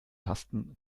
tasten